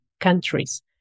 countries